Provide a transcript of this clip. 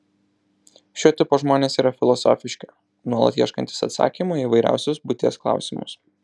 šio tipo žmonės yra filosofiški nuolat ieškantys atsakymų į įvairiausius būties klausimus